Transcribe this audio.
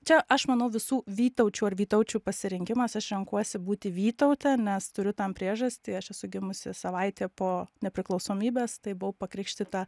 čia aš manau visų vytaučių ar vytaučių pasirinkimas aš renkuosi būti vytaute nes turiu tam priežastį aš esu gimusi savaitė po nepriklausomybės tai buvau pakrikštyta